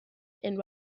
and